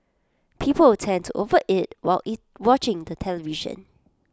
people tend to overeat while eat watching the television